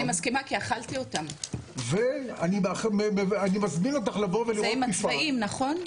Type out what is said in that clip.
אני מסכימה, כי אכלתי אותם, יש להם צבעים, נכון?